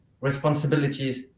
responsibilities